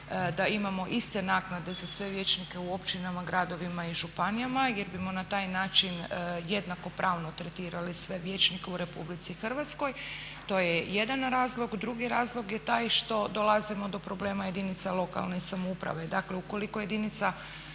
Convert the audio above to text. da imamo iste naknade za sve vijećnike u općinama, gradovima i županijama jer bimo na taj način jednakopravno tretirali sve vijećnike u Republici Hrvatskoj. To je jedan razlog. Drugi razlog je taj što dolazimo do problema jedinica lokalne samouprave. Dakle, ukoliko jedinica